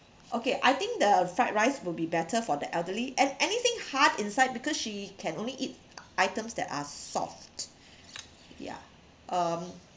okay I think the fried rice will be better for the elderly and anything hard inside because she can only eat items that are soft ya um